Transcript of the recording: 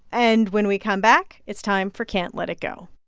and when we come back, it's time for can't let it go